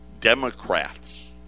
Democrats